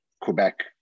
Quebec